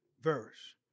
verse